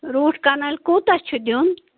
root کَنالہِ کوٗتاہ چھِ دیُن